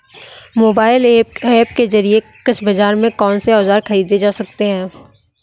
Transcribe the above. Mobile app के जरिए कृषि बाजार से कौन से औजार ख़रीदे जा सकते हैं?